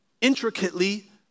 intricately